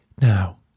Now